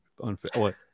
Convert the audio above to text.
unfair